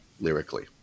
lyrically